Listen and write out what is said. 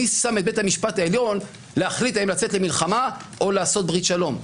מי שם את בית המשפט העליון להחליט האם לצאת למלחמה או לעשות ברית שלום?